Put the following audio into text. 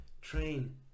train